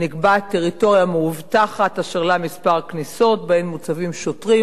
ונקבעת טריטוריה מאובטחת אשר לה כמה כניסות שבהן מוצבים שוטרים